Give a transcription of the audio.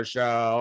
Show